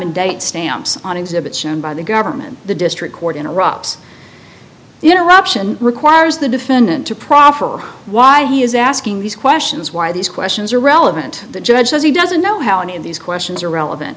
and date stamps on exhibits shown by the government the district court in iraq's the interruption requires the defendant to proffer why he is asking these questions why these questions are relevant the judge says he doesn't know how any of these questions are relevant